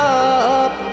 up